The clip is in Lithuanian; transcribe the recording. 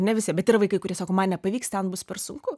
ne visi bet yra vaikai kurie sako man nepavyks ten bus per sunku